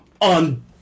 on